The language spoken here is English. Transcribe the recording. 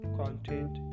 content